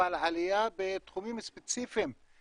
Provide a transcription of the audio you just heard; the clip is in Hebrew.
אבל עלייה בתחומים ספציפיים,